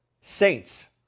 Saints